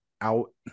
out